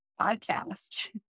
podcast